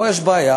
פה יש בעיה.